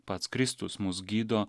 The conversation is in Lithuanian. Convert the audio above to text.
pats kristus mus gydo